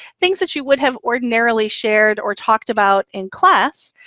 things that you would have ordinarily shared or talked about in class,